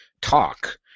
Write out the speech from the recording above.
talk